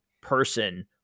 person